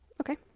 okay